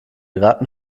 ratten